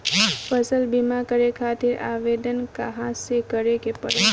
फसल बीमा करे खातिर आवेदन कहाँसे करे के पड़ेला?